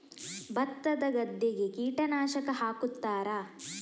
ಭತ್ತದ ಗದ್ದೆಗೆ ಕೀಟನಾಶಕ ಹಾಕುತ್ತಾರಾ?